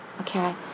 Okay